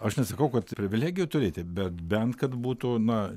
aš nesakau kad privilegijų turite bet bent kad būtų na